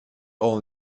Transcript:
all